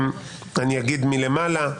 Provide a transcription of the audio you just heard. אני אגיד מלמעלה: